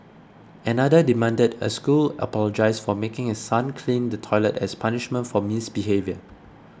another demanded a school apologise for making his son clean the toilet as punishment for misbehaviour